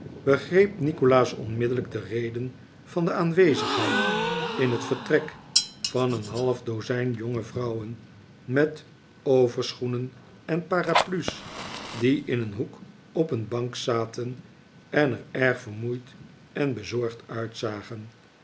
begreep nikolaas onmiddellijk de reden van de aanwezigheid in het vertrek van een half dozijn jonge vrouwen met overschoenen en paraplu's die in een hoek op een bank zaten en er erg vermoeid en bezorgd uitzagen